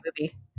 movie